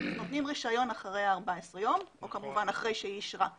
נותנים רישיון אחרי 14 ימים או כמובן אחרי שהוא אישרה,